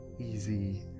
easy